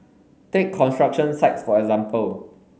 take construction sites for example